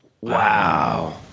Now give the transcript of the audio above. Wow